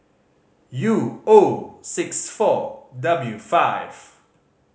U O six four W five